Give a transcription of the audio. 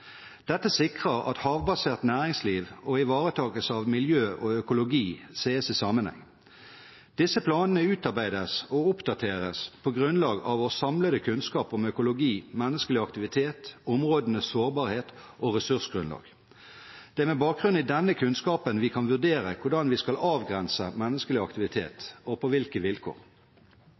Dette sikrer at havbasert næringsliv og ivaretakelse av miljø og økologi ses i sammenheng. Disse planene utarbeides og oppdateres på grunnlag av vår samlede kunnskap om økologi, menneskelig aktivitet, områdenes sårbarhet og ressursgrunnlag. Det er med bakgrunn i denne kunnskapen vi kan vurdere hvordan vi skal avgrense menneskelig aktivitet, og på hvilke vilkår.